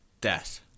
death